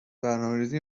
برنامهریزی